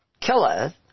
killeth